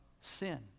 sin